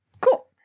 Cool